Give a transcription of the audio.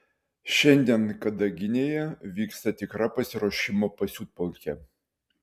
šiandien kadaginėje vyksta tikra pasiruošimo pasiutpolkė